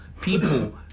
people